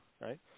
right